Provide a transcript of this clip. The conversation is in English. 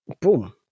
boom